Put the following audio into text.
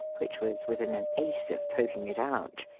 which was within an ace of poking it out,